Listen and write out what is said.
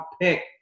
pick